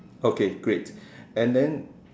okay great and then